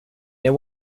near